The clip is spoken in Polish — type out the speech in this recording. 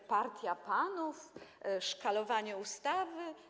jak „partia panów”, „szkalowanie ustawy”